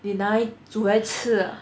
你拿来煮来吃 ah